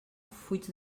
fuig